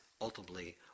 ultimately